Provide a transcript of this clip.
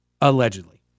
allegedly